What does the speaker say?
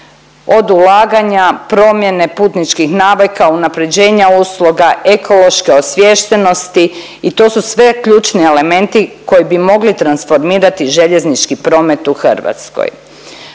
od ulaganja, promjene putničkih navika, unapređenja usluga, ekološke osviještenosti i to su sve ključni elementi koji bi mogli transformirati željeznički promet u Hrvatskoj.